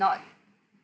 not